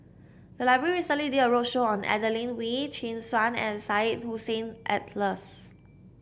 the library recently did a roadshow on Adelene Wee Chin Suan and Syed Hussein Alatas